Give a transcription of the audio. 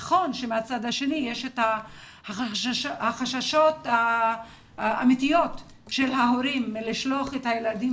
נכון שמהצד השני יש את החששות האמיתיים של ההורים לשלוח את הילדים